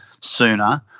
sooner